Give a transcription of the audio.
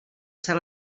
ser